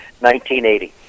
1980